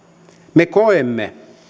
me koemme että